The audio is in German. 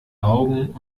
augen